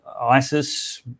ISIS